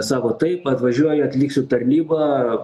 sako taip atvažiuoju atliksiu tarnybą